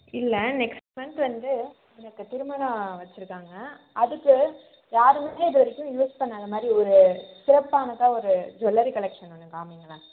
இல்லை next month வந்து எனக்கு திருமணம் வச்சிருக்காங்க அதுக்கு யாருமே இதுவரைக்கும் யூஸ் பண்ணாதமாதிரி ஒரு சிறப்பானதாக ஒரு ஜூவல்லரி கலெக்ஷன் ஒன்று காமிங்களேன்